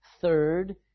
third